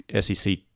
SEC